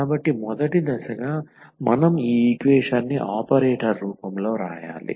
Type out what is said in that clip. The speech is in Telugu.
కాబట్టి మొదటి దశగా మనం ఈ ఈక్వేషన్ ని ఆపరేటర్ రూపంలో వ్రాయాలి